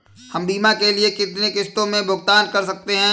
हम बीमा के लिए कितनी किश्तों में भुगतान कर सकते हैं?